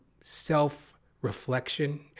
self-reflection